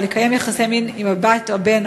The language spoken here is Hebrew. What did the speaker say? לקיים יחסי מין עם הבת או הבן,